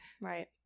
Right